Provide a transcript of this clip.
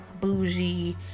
bougie